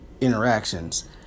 interactions